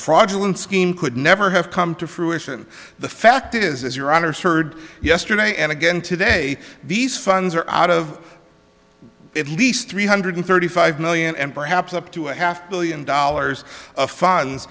fraudulent scheme could never have come to fruition the fact is your honour's heard yesterday and again today these funds are out of at least three hundred thirty five million and perhaps up to a half billion dollars of funds